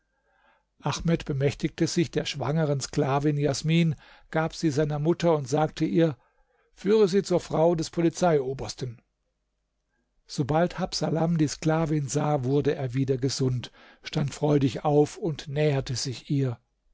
ahmed bemächtigte sich der schwangeren sklavin jasmin gab sie seiner mutter und sagte ihr führe sie zur frau des polizeiobersten sobald habsalam die sklavin sah wurde er wieder gesund stand freudig auf und näherte sich ihr